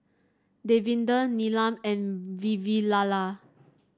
Davinder Neelam and Vavilala